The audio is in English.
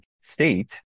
state